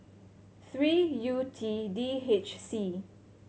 three U T D H C